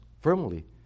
firmly